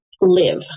live